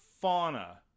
Fauna